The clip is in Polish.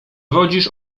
wodzisz